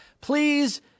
Please